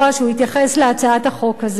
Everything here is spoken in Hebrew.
שהתייחס להצעת החוק הזאת,